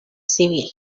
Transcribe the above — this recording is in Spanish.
civil